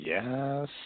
Yes